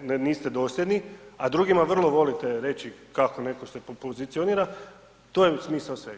niste dosljedni, a drugima vrlo volite reći kako neko se pozicionira to je smisao svega.